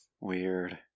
weird